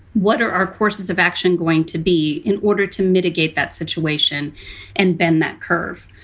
what are our courses of action going to be in order to mitigate that situation and bend that curve?